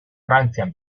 frantzian